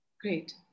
Great